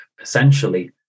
essentially